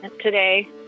today